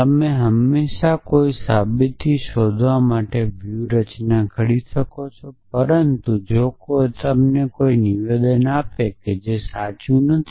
તમે હંમેશાં કોઈ સાબિતી શોધવા માટેની વ્યૂહરચના ઘડી શકો છો પરંતુ જો તમે કોઈ નિવેદન આપે છે જે સાચું નથી